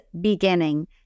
beginning